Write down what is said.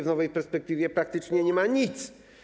W nowej perspektywie praktycznie nie ma nic.